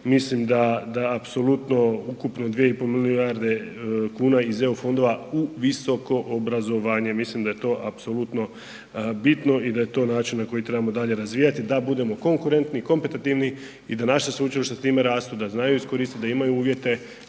mislim da apsolutno ukupno 2,5 milijarde kuna iz EU fondova u visoko obrazovanje, mislim da je to apsolutno bitno i da je to način na koji trebamo dalje razvijati da budemo konkurentni i kompetativni i da naše sveučilište s time rastu, da znaju iskoristit, da imaju uvjete,